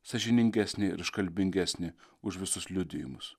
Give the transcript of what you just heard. sąžiningesnė ir iškalbingesnė už visus liudijimus